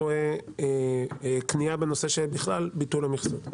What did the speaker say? רואה כניעה בנושא של ביטול המכסות בכלל.